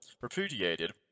repudiated